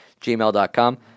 gmail.com